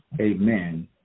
amen